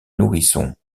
nourrissons